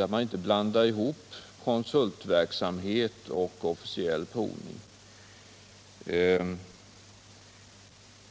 — att man inte blandar ihop konsultverksamhet och = stationära lyftanofficiell provning.